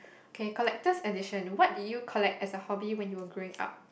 okay collector's edition what did you collect as a hobby when you were growing up